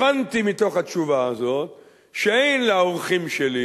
הבנתי מתוך התשובה הזו שאין לאורחים שלי,